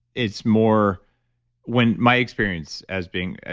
it's more when my experience as being, ah